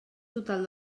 total